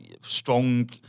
Strong